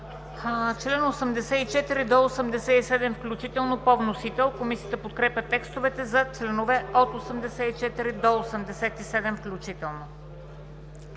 от 34 до 42 включително по вносител. Комисията подкрепя текста на членовете от 34 до 42 включително.